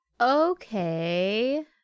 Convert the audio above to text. Okay